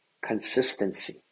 Consistency